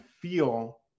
feel